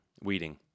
weeding